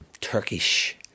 Turkish